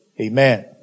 amen